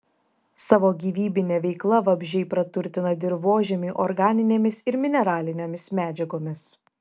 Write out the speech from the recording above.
savo gyvybine veikla vabzdžiai praturtina dirvožemį organinėmis ir mineralinėmis medžiagomis